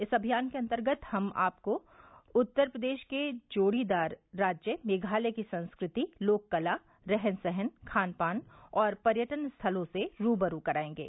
इस अभियान के अंतर्गत हम आपको उत्तर प्रदेश के जोड़ीदार राज्य मेघालय की संस्कृति लोक कला रहन सहन खानपान और पर्यटन स्थलों से रूबरू करायेंगे